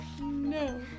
No